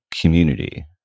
community